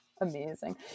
Amazing